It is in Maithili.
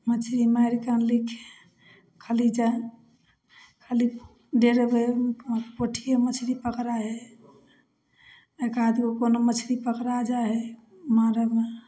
मछरी मारिके अनलहुँ खाली जा खाली डेढ़बे पोठिओ मछरी पकड़ै हइ एकाधगो कोनो मछरी पकड़ा जाइ हइ मारैमे